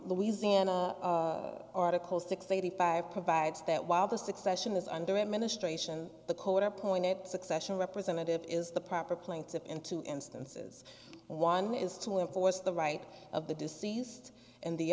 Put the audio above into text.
louisiana article six eighty five provides that while the succession is under administration the court appointed succession representative is the proper plaintiff in two instances one is to enforce the right of the deceased and the